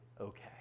okay